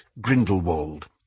Grindelwald